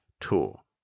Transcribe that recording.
tool